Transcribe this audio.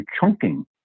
chunking